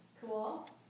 Cool